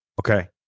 Okay